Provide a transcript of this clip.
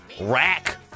rack